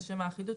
לשם האחידות,